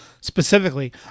Specifically